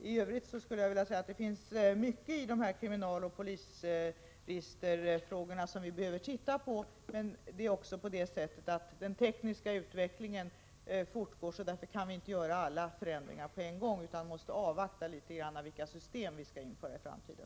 I övrigt skulle jag vilja säga att det finns mycket i kriminaloch polisregisterfrågorna som vi behöver se över, men den tekniska utvecklingen fortgår, och därför kan vi inte göra alla förändringar på en gång utan måste avvakta beslut om vilka system vi skall införa i framtiden.